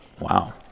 wow